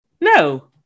No